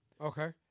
Okay